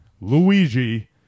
Luigi